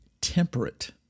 temperate